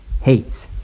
hates